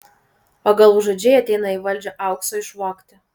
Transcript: o galvažudžiai ateina į valdžią aukso išvogti